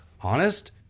Honest